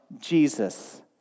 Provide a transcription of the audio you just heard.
Jesus